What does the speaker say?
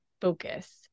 focus